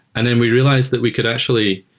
and then we realized that we could actually